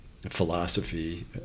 philosophy